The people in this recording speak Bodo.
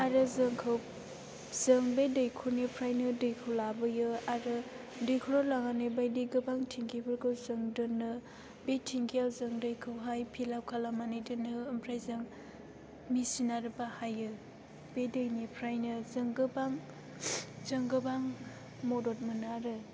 आरो जों बे दैखरनिफ्रायनो दैखौ लाबोयो आरो दैखराव लांनानै बायदि गोबां टेंकिफोरखौ जों दोनो बे टेंकियाव जों दैखौहाय फिलाप खालामनानै दोनो ओमफ्राय जों मेसिन आरि बाहायो बे दैनिफ्रायनो जों गोबां मदद मोनो आरो